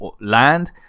land